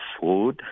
food